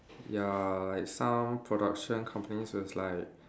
ya like some production companies is like